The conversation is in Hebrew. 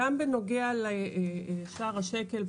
גם בנוגע לשער השקל.